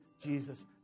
Jesus